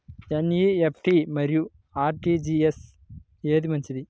NEFT మరియు RTGS ఏది మంచిది?